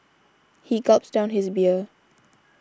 he gulped down his beer